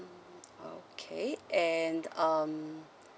mm okay and um